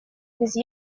без